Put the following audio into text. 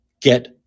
get